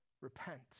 repent